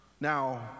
Now